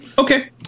Okay